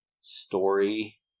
story